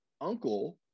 uncle